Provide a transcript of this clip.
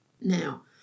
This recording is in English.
Now